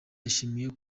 yashimiwe